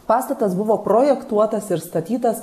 pastatas buvo projektuotas ir statytas